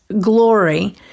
glory